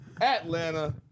Atlanta